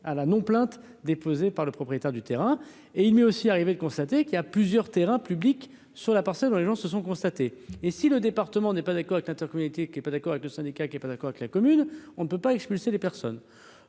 à la non, plainte déposée par le propriétaire du terrain et il m'est aussi arrivé de constater qu'il y a plusieurs terrains publics sur la parcelle où les gens se sont constatés et si le département n'est pas d'accord avec l'intercommunalité qui est pas d'accord avec le syndicat qui est pas d'accord avec la commune, on ne peut pas expulser des personnes,